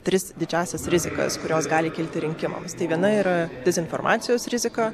tris didžiąsias rizikas kurios gali kilti rinkimams tai viena yra dezinformacijos rizika